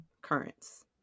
Currents